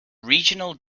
regional